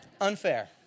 Unfair